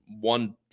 one